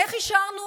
איך השארנו